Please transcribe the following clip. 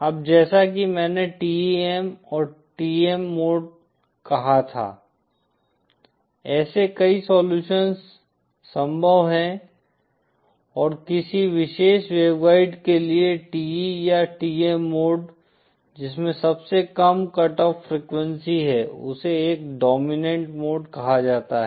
अब जैसा कि मैंने TEM और TM मोड कहा था ऐसे कई सोलूशन्स संभव हैं और किसी विशेष वेवगाइड के लिए TE या TM मोड जिसमें सबसे कम कट ऑफ फ्रीक्वेंसी है उसे एक डोमिनेंट मोड कहा जाता है